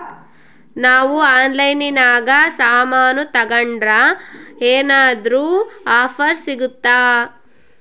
ನಾವು ಆನ್ಲೈನಿನಾಗ ಸಾಮಾನು ತಗಂಡ್ರ ಏನಾದ್ರೂ ಆಫರ್ ಸಿಗುತ್ತಾ?